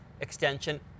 extension